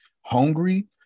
hungry